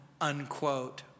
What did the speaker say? unquote